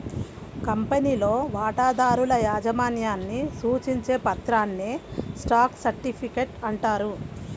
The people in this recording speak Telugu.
కంపెనీలో వాటాదారుల యాజమాన్యాన్ని సూచించే పత్రాన్నే స్టాక్ సర్టిఫికేట్ అంటారు